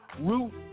root